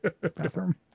bathroom